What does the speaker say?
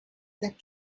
that